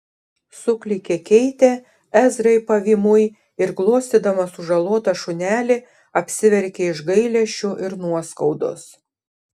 suklykė keitė ezrai pavymui ir glostydama sužalotą šunelį apsiverkė iš gailesčio ir nuoskaudos